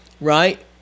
right